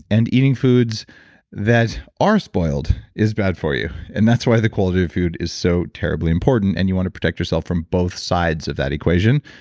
and eating foods that are spoiled is bad for you. and that's why the quality of food is so terribly important and you want to protect yourself from both sides of that equation.